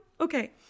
okay